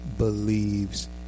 Believes